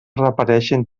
repeteixen